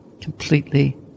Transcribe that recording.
completely